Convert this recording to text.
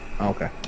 Okay